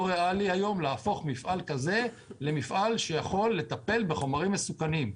לא ריאלי היום להפוך מפעל כזה למפעל שיכול לטפל בחומרים מסוכנים.